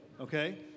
okay